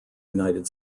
united